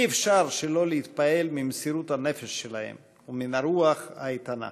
אי-אפשר שלא להתפעל ממסירות הנפש שלהם ומהרוח האיתנה.